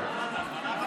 יש עוד מישהו?